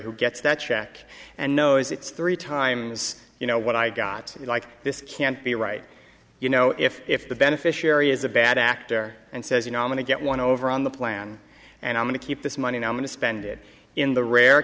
who gets that check and knows it's three times you know what i got it like this can't be right you know if if the beneficiary is a bad actor and says you nominate get one over on the plan and i'm going to keep this money i'm going to spend it in the rare